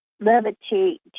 levitate